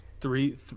Three